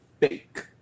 fake